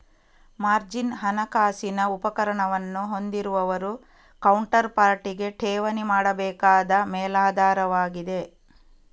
margin ಹಣಕಾಸಿನ ಉಪಕರಣವನ್ನು ಹೊಂದಿರುವವರು ಕೌಂಟರ್ ಪಾರ್ಟಿಗೆ ಠೇವಣಿ ಮಾಡಬೇಕಾದ ಮೇಲಾಧಾರವಾಗಿದೆ